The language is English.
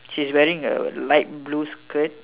she's wearing a light blue skirt